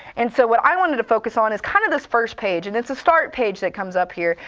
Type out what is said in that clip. and so what i wanted to focus on is kind of this first page, and it's a start page that comes up here.